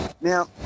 Now